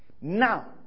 Now